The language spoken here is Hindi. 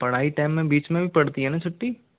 पढ़ाई टाइम मे बीच मे भी पड़ती है ना छुट्टी